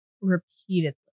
Repeatedly